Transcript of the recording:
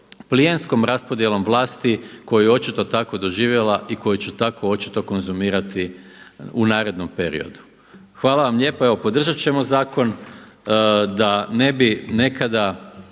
plijenskom raspodjelom vlasti koju je očito tako doživjela i koju će tako očito konzumirati u narednom periodu. Hvala vam lijepa, evo podržati ćemo zakon, da ne bi nekada